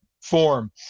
form